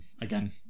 again